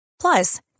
plus